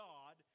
God